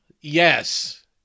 Yes